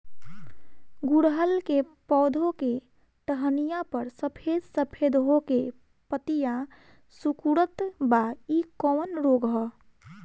गुड़हल के पधौ के टहनियाँ पर सफेद सफेद हो के पतईया सुकुड़त बा इ कवन रोग ह?